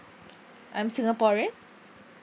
I'm singaporean